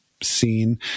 scene